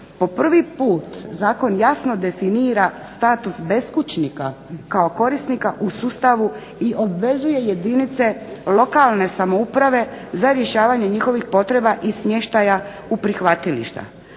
Po prvi put zakon jasno definira status beskućnika kao korisnika u sustavu i obvezuje jedinice lokalne samouprave za rješavanje njihovih potreba i smještaja u prihvatilišta.